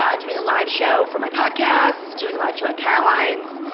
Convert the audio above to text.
um doing a live show for my podcast, doing a live show at carolines,